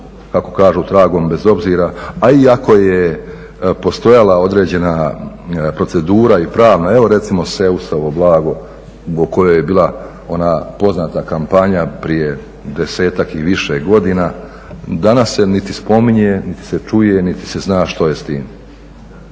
kako kažu tragom bez obzira. A i ako je postojala određena procedura i pravna evo recimo Seusovo blago u kojoj je bila ona poznata kampanja prije desetak i više godina, danas se niti spominje, niti se čuje, niti se zna što je s tim.